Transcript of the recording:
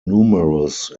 numerous